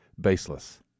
baseless